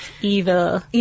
evil